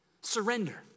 surrender